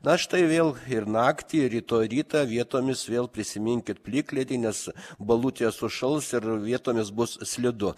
na štai vėl ir naktį rytoj rytą vietomis vėl prisiminkit plikledį nes balutės užšals ir vietomis bus slidu